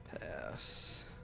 Pass